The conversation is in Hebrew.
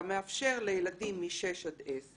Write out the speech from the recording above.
אתה מאפשר לילדים משש עד 10